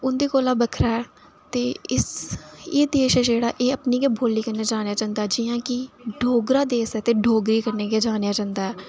ते उं'दे कोला बक्खरा ऐ ते इस एह् देश जह्ड़ा अपनी गै बोल्ली कन्नै जानेआ जंदा जि'यां कि डोगरा देस ऐ ते डोगरी कन्नै गै जानेआ जंदा ऐ